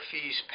Fees